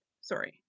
sorry